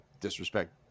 disrespect